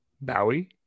Bowie